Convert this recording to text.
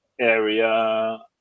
area